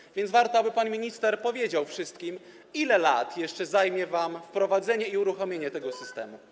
Warto więc, aby pan minister powiedział wszystkim, ile jeszcze lat zajmie wam wprowadzenie i uruchomienie tego systemu.